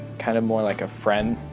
kind of more like a friend.